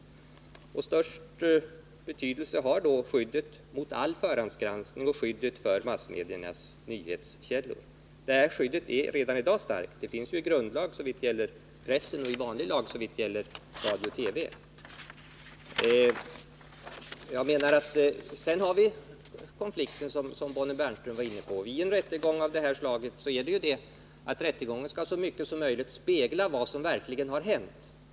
Störst betydelse har då skyddet mot all förhandsgranskning och skyddet för massmediernas nyhetskällor. Det skyddet är redan i dag starkt. Det finns i grundlag såvitt gäller pressen och i vanlig lag såvitt gäller radio och TV. Men sedan har vi konflikten som Bonnie Bernström var inne på: En rättegång av det här slaget skall ju så mycket som möjligt spegla vad som verkligen har hänt.